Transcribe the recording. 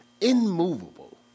immovable